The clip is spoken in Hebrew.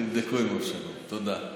תבדקו עם אבשלום, תודה.